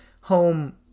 home